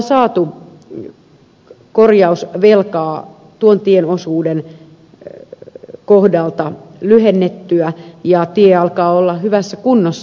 mehän olemme saaneet korjausvelkaa tuon tieosuuden kohdalta lyhennettyä ja tie alkaa olla hyvässä kunnossa